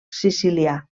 sicilià